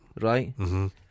Right